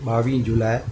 ॿावीह जूलाए